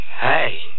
Hey